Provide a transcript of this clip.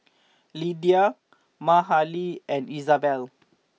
Lidia Mahalie and Izabella